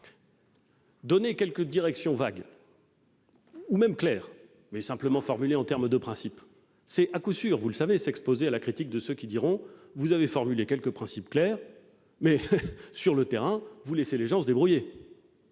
donner quelques directions vagues, ou claires, mais formulées en termes de principes, c'est à coup sûr, vous le savez, s'exposer à la critique de ceux qui diront :« Vous avez formulé quelques principes clairs, mais sur le terrain, vous laissez les gens se débrouiller.